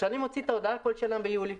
כשאני מוציא את ההודעה בכל שנה ביולי,